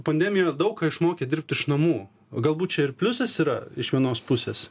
pandemija daug ką išmokė dirbt iš namų galbūt čia ir pliusas yra iš vienos pusės